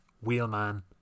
Wheelman